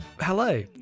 hello